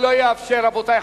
רק חרדים.